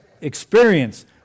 Experience